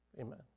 amen